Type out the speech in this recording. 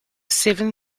seven